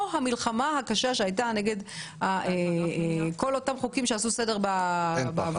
המלחמה הקשה נגד כל אותם חוקים קודמים שעשו סדר בעבודה